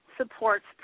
supports